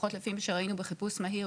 לפחות לפי מה שראינו בחיפוש מהיר,